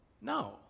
No